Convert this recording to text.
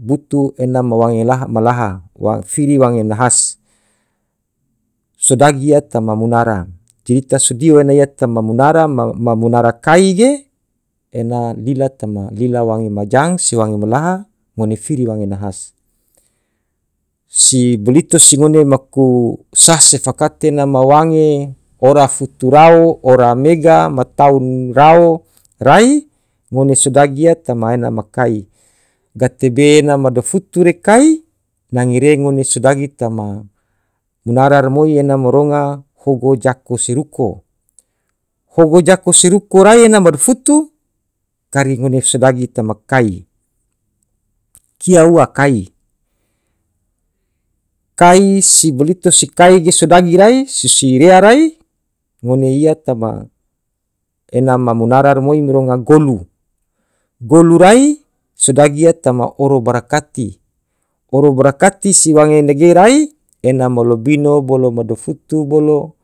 butuh enam wange laha malaha fidi wange nahas sodagi ya tama munara cerita sudio naya tama munara, ma munara kai ge ena lila tama lila wange majang sewange malaha ngone firi wange nahas, si bilito si ngone maku sah se fakaten na ma wange ora futu rau ora mega ma taun rao rai ngone sodagi ya tama ena ma kai gate be ena madafutu re kai nange re ngone sodagi tama munara remoi ena maronga hogo jako seruko, hogo jako seruko rai ena madifutu kari ngone sodagi tama kai kia ua kai, kai si bilito si kai ge sodagi rai su si rea rai ngone ia tama ena ma munara rimoi mironga golu, golu rai sodagi ya tama `oro barakati oro barakati se wange nege rai ena molobino bolo modofutu bolo.